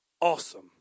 awesome